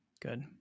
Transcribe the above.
Good